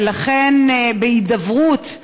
ולכן, בהידברות,